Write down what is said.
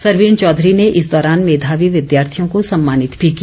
सरवीण चौधरी ने इस दौरान मेघावी विद्यार्थियों को सम्मानित भी किया